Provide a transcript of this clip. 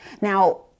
Now